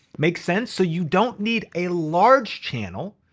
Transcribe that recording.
make sense? so you don't need a large channel.